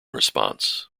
response